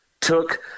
took